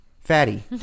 fatty